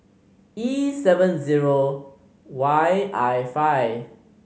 E seven zero Y I five